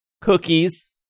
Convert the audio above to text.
cookies